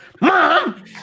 mom